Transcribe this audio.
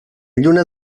lluna